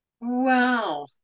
Wow